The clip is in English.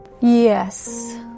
Yes